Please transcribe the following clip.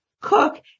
cook